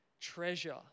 treasure